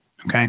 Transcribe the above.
Okay